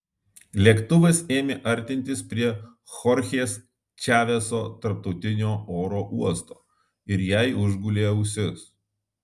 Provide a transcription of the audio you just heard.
lėktuvas ėmė artintis prie chorchės čaveso tarptautinio oro uosto ir jai užgulė ausis